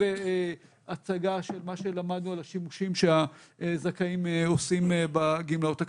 בהצגה של מה למדנו על השימושים שהזכאים עושים בגמלאות הכספיות.